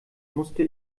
musste